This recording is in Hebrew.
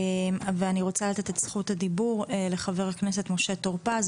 אני רוצה לתת את זכות הדיבור לחבר הכנסת משה טור פז,